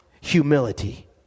humility